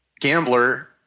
gambler